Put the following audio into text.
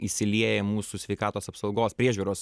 įsilieja į mūsų sveikatos apsaugos priežiūros